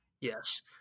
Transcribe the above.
yes